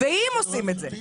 ואם עושים את זה,